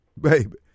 baby